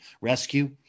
rescue